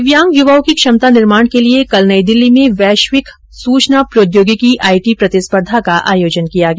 दिव्यांग युवाओं की क्षमता निर्माण के लिए कल नई दिल्ली में वैश्विक सूचना प्रौद्योगिकी आईटी प्रतिस्पर्धा का आयोजन किया गया